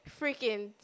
freaking